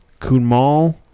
Kunmal